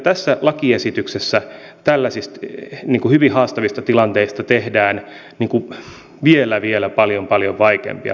tässä lakiesityksessä tällaisista hyvin haastavista tilanteista tehdään vielä paljon paljon vaikeampia potenssiin x